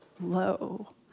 low